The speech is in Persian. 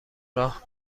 راه